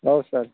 ହଉ ସାର୍